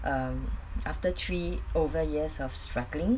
um after three over years of struggling